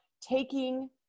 taking